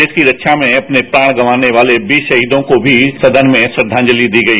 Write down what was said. देश की रक्षा में अपने प्राण गवाने वाले वीर शहीदों को भी सदन में श्रद्वांजलि दी गई